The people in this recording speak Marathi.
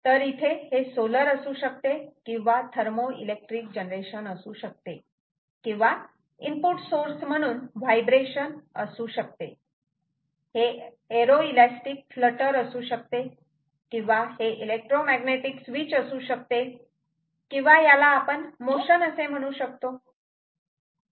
तर इथे हे सोलर असू शकते किंवा थर्मोइलेक्ट्रिक जनरेशन असू शकते किंवा इनपुट सोर्स म्हणून व्हायब्रेशन असू शकते हे एरो इलॅस्टिक फ्लटर असू शकते किंवा हे इलेक्ट्रोमॅग्नेटिक स्विच असू शकते किंवा याला आपण मोशन असे म्हणू शकतो